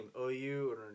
OU